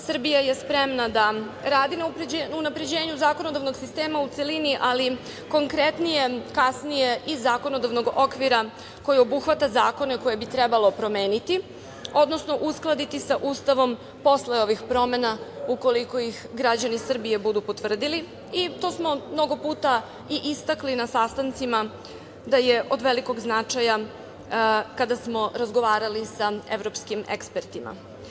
Srbija je spremna da radi na unapređenju zakonodavnog sistema u celini, ali konkretnije kasnije i zakonodavnog okvira koji obuhvata zakone koje bi trebalo promeniti, odnosno uskladiti sa Ustavom posle ovih promena, ukoliko ih građani Srbije budu potvrdili, i to smo i istakli na sastancima da je od velikog značaja kada smo razgovarali sa evropskim ekspertima.